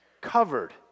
covered